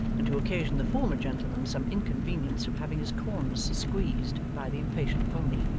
and to occasion the former gentleman some inconvenience from having his corns squeezed by the impatient pony.